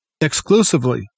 exclusively